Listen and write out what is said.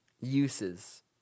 uses